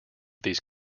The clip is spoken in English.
these